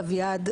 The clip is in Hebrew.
אביעד,